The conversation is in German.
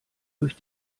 durch